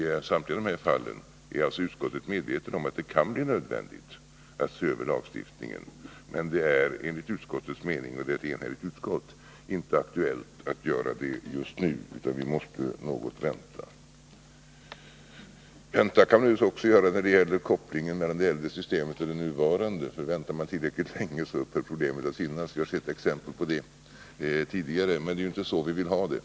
I samtliga dessa fall är alltså utskottet medvetet om att det kan bli nödvändigt att se över lagstiftningen, men det är enligt utskottets mening — och utskottet är enhälligt —- inte aktuellt att göra det just nu, utan vi måste vänta något. Vänta kan man naturligtvis också göra när det gäller kopplingen från det äldre till det nuvarande systemet, för om man väntar tillräckligt länge upphör problemet att finnas— vi har sett exempel på det tidigare. Men det är ju inte så vi vill ha det.